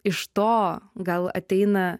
iš to gal ateina